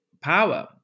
power